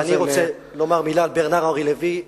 אני רוצה לומר מלה על ברנאר אנרי לוי.